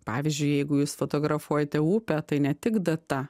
pavyzdžiui jeigu jūs fotografuojate upę tai ne tik data